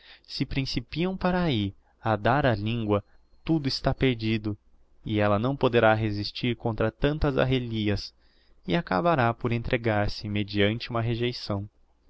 se principiam para ahi a dar á lingua tudo está perdido e ella não poderá resistir contra tantas arrelias e acabará por entregar-se mediante uma rejeição